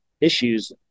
issues